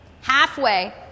halfway